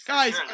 Guys